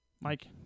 Mike